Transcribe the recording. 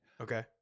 Okay